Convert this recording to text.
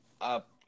up –